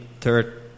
third